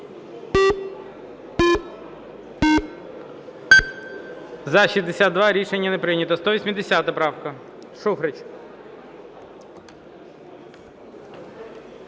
За-62 Рішення не прийнято. 180 правка, Шуфрич.